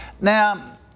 Now